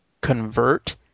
convert